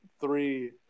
three